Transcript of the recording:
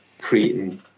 creating